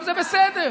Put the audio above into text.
זה בסדר.